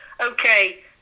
Okay